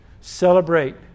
celebrate